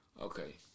Okay